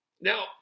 now